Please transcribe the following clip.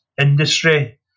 industry